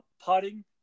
putting